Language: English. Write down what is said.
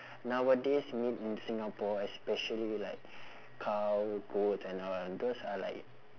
nowadays meat in singapore especially like cow goat and all those are like